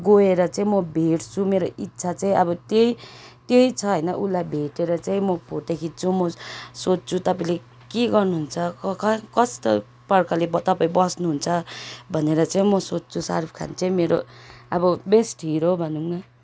गएर चाहिँ म भेट्छु मेरो इच्छा चाहिँ अब त्यही त्यही छ होइन उसलाई भेटेर चाहिँ म फोटो खिच्छु म सोध्छु तपाईँले के गर्नुहुन्छ कस्तो प्रकारले ब तपाईँ बस्नुहुन्छ भनेर चाहिँ म सोध्छु साहरुख खान चाहिँ मेरो अब बेस्ट हिरो भनौँ न